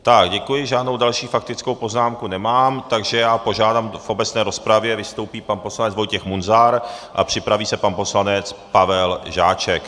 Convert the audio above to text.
Tak, děkuji, žádnou další faktickou poznámku nemám, takže požádám, v obecné rozpravě vystoupí pan poslanec Vojtěch Munzar a připraví se pan poslanec Pavel Žáček.